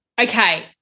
okay